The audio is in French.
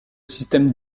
système